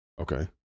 Okay